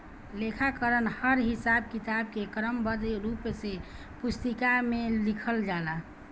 लेखाकरण हर हिसाब किताब के क्रमबद्ध रूप से पुस्तिका में लिखल जाला